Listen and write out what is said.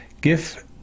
GIF